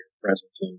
presence